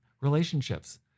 Relationships